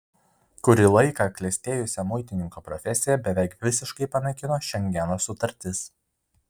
kurį laiką klestėjusią muitininko profesiją beveik visiškai panaikino šengeno sutartis